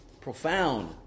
Profound